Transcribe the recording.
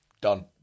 done